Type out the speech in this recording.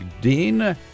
Dean